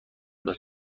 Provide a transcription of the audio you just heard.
داد